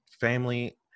family